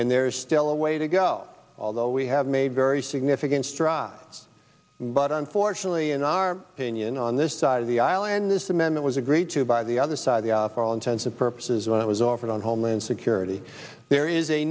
and there is still a way to go although we have made very significant strides but unfortunately in our opinion on this side of the aisle and this amendment was agreed to by the other side for all intents and purposes when it was offered on homeland security there is a